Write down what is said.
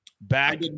Back